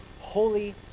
holy